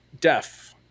deaf